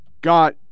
got